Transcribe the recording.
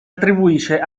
attribuisce